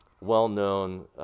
well-known